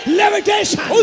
levitation